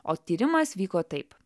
o tyrimas vyko taip